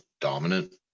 dominant